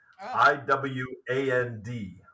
I-W-A-N-D